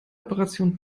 operationen